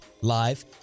live